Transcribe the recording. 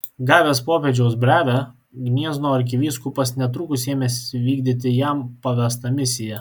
gavęs popiežiaus brevę gniezno arkivyskupas netrukus ėmėsi vykdyti jam pavestą misiją